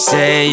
Say